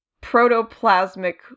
protoplasmic